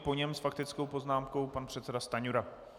Po něm s faktickou poznámkou pan předseda Stanjura.